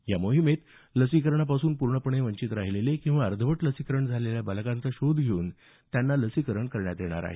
या मोहिमेत लसीकरणापासून पूर्णपणे वंचित राहिलेले किंवा अर्धवट लसीकरण झालेल्या बालकांचा शोध घेऊन त्यांना लसीकरण करण्यात येणार आहे